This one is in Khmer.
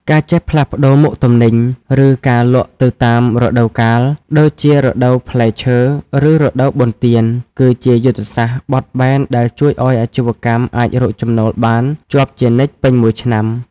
ការចេះផ្លាស់ប្តូរមុខទំនិញ ឬការលក់ទៅតាមរដូវកាល ដូចជារដូវផ្លែឈើ ឬរដូវបុណ្យទាន គឺជាយុទ្ធសាស្ត្របត់បែនដែលជួយឱ្យអាជីវកម្មអាចរកចំណូលបានជាប់ជានិច្ចពេញមួយឆ្នាំ។